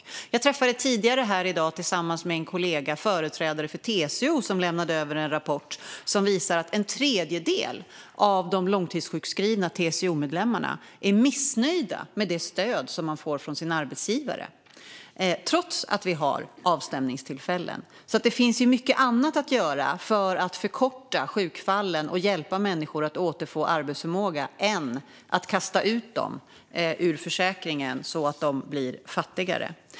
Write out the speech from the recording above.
Tidigare i dag träffade jag här tillsammans med en kollega företrädare för TCO, som lämnade över en rapport som visar att en tredjedel av de långtidssjukskrivna TCO-medlemmarna är missnöjda med det stöd man får från sin arbetsgivare - trots att vi har avstämningstillfällen. Det finns alltså mycket annat att göra för att förkorta sjukfallen och hjälpa människor att återfå arbetsförmåga än att kasta ut dem ur försäkringen så att de blir fattigare.